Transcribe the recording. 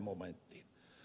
momenttiin